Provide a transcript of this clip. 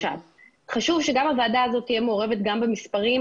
חשוב שגם הוועדה הזאת תהיה מעורבת במספרים,